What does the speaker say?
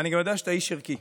ואני גם יודע שאתה איש ערכי.